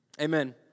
Amen